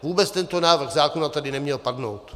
Vůbec tento návrh zákona tady neměl padnout.